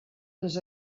les